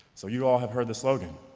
so you all have heard the slogan,